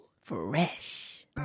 Fresh